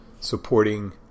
supporting